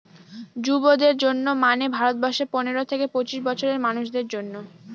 যুবদের জন্য মানে ভারত বর্ষে পনেরো থেকে পঁচিশ বছরের মানুষদের জন্য